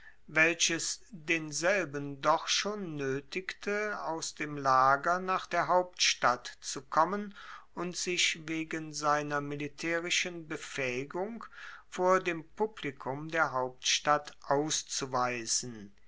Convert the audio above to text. welches denselben doch schon noetigte aus dem lager nach der hauptstadt zu kommen und sich wegen seiner militaerischen befaehigung vor dem publikum der hauptstadt auszuweisen